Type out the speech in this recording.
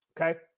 okay